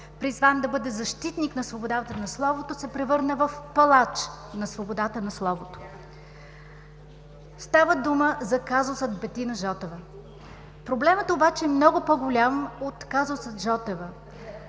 призван да бъде защитник на свободата на словото, се превърна в палач на свободата на словото. Става дума за казуса Бетина Жотева. Проблемът обаче е много по-голям от казуса Жотева.